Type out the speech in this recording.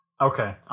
Okay